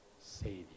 savior